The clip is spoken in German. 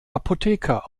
apotheker